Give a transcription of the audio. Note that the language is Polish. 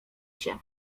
się